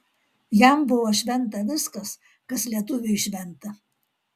jam buvo šventa viskas kas lietuviui šventa